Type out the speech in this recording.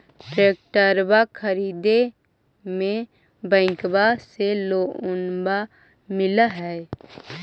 ट्रैक्टरबा खरीदे मे बैंकबा से लोंबा मिल है?